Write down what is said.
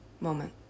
moment